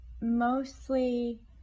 mostly